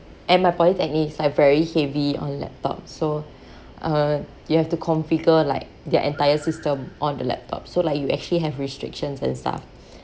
and my polytechnic is like very heavy on laptop so uh you have to configure like the entire system on the laptop so like you actually have restrictions and stuff